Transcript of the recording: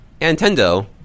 Nintendo